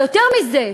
ויותר מזה,